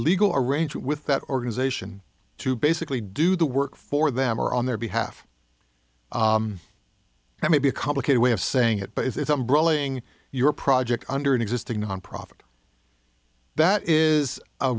legal arrange with that organization to basically do the work for them or on their behalf that may be a complicated way of saying it but it's umbrella thing your project under an existing nonprofit that is a